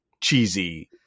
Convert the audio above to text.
cheesy